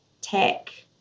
tech